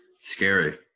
Scary